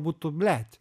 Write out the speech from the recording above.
būtų blet